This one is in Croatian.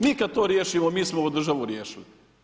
Mi kad to riješimo, mi smo ovu državu riješili.